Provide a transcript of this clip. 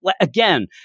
again